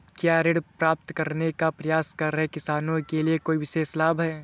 क्या ऋण प्राप्त करने का प्रयास कर रहे किसानों के लिए कोई विशेष लाभ हैं?